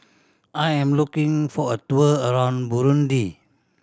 I am looking for a tour around Burundi